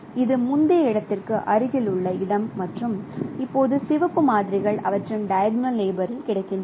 இது முந்தைய இடத்திற்கு அருகிலுள்ள இடம் மற்றும் இப்போது சிவப்பு மாதிரிகள் அவற்றின் "டைகோனல் நெயிபோரில் " கிடைக்கின்றன